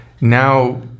now